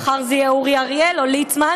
מחר זה יהיה אורי אריאל או ליצמן,